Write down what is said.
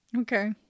okay